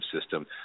system